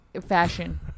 fashion